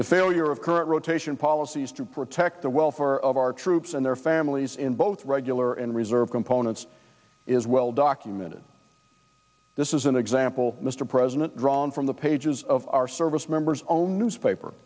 the failure of current rotation policies to protect the welfare of our troops and their families in both regular and reserve components is well documented this is an example mr president drawn from the pages of our service members own newspaper